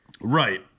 Right